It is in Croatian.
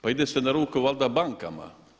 Pa ide se na ruku valjda bankama.